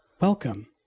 Welcome